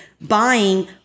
buying